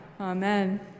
Amen